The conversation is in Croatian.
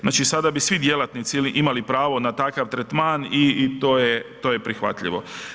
Znači sada bi svi djelatnici imali pravo na takav tretman i to je prihvatljivo.